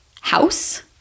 house